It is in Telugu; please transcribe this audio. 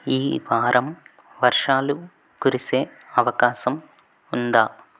ఈ వారం వర్షాలు కురిసే అవకాశం ఉందా